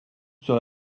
sur